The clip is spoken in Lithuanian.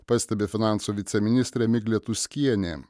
pastebi finansų viceministrė miglė tuskienė